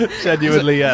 genuinely